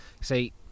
See